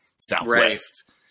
Southwest